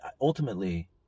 ultimately